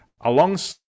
Alongside